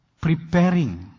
preparing